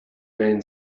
man